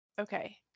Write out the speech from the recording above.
Okay